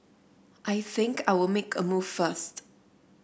I think I'll make a move first